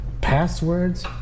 passwords